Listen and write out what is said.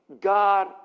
God